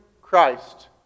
Christ